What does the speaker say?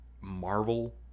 marvel